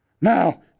Now